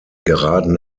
geraden